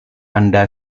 anda